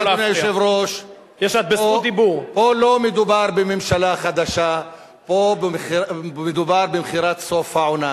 פה לא מדובר בממשלה חדשה אלא מדובר במכירת סוף העונה.